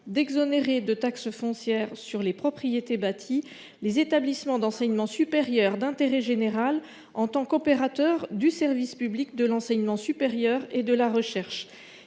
d’exonérer de taxe foncière sur les propriétés bâties les établissements d’enseignement supérieur privés d’intérêt général (Eespig) en tant qu’opérateurs du service public de l’enseignement supérieur et de la recherche.